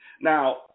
Now